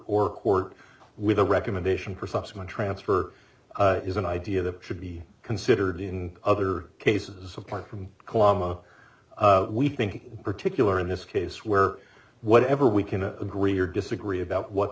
or court with a recommendation for subsequent transfer is an idea that should be considered in other cases apart from colombia we think particular in this case where whatever we can agree or disagree about what